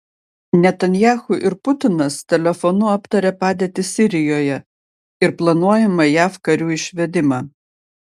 netanyahu ir putinas telefonu aptarė padėtį sirijoje ir planuojamą jav karių išvedimą